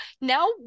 now